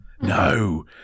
No